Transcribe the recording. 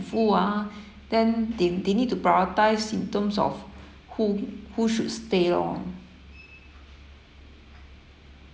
full ah then they they need to prioritise in terms of who who should stay lor